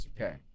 Okay